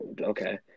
okay